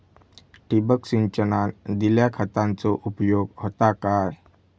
ठिबक सिंचनान दिल्या खतांचो उपयोग होता काय?